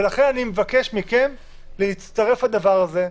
ולכן אני מבקש מכם להצטרף לדבר הזה,